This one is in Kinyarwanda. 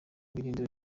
birindiro